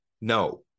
No